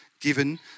given